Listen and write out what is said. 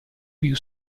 più